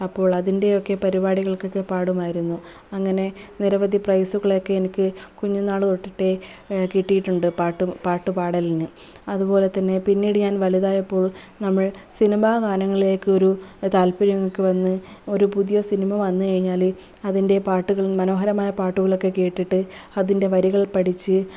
അപ്പോൾ അതിൻ്റെയൊക്കെ പരിപാടികൾക്കൊക്കെ പാടുമായിരുന്നു അങ്ങനെ നിരവധി പ്രൈസുകളൊക്കെ എനിക്ക് കുഞ്ഞുനാള് തോട്ടിട്ടേ കിട്ടിയിട്ടുണ്ട് പാട്ടും പാട്ടു പാടലിന് അതുപോലെതന്നെ പിന്നീട് ഞാൻ വലുതായപ്പോൾ നമ്മൾ സിനിമ ഗാനങ്ങളിലേക്ക് ഒരു താല്പര്യം ഒക്കെ വന്ന് ഒര് പുതിയ സിനിമ വന്നു കഴിഞ്ഞാല് അതിൻ്റെ പാട്ടുകൾ മനോഹരമായ പാട്ടുകളൊക്കെ കേട്ടിട്ട് അതിൻ്റെ വരികൾ പഠിച്ച്